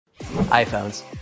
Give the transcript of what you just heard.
iPhones